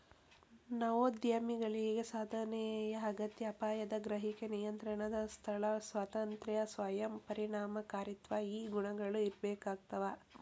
ನವೋದ್ಯಮಿಗಳಿಗ ಸಾಧನೆಯ ಅಗತ್ಯ ಅಪಾಯದ ಗ್ರಹಿಕೆ ನಿಯಂತ್ರಣದ ಸ್ಥಳ ಸ್ವಾತಂತ್ರ್ಯ ಸ್ವಯಂ ಪರಿಣಾಮಕಾರಿತ್ವ ಈ ಗುಣಗಳ ಇರ್ಬೇಕಾಗ್ತವಾ